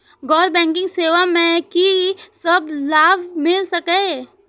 गैर बैंकिंग सेवा मैं कि सब लाभ मिल सकै ये?